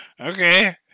Okay